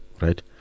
right